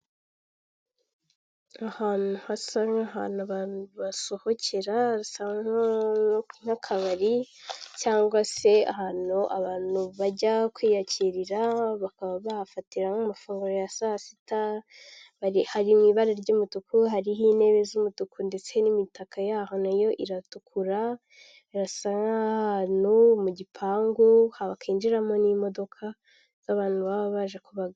Ahantu hasa nk'ahantu abantu basohokera bisa nk'akabari cyangwa se ahantu abantu bajya kwiyakirira bakaba bahafatiramo amafunguro ya saa sita, hari mu ibara ry'umutuku, hariho intebe z'umutuku ndetse n'imitaka yayo iratukura, birasa nk'ahantu mu gipangu hakinjiramo n'imodoka z'abantu baba baje kubagana.